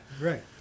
right